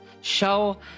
Show